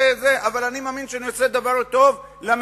אבל אני מאמין שאני עושה דבר טוב למדינה,